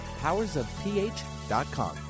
powersofph.com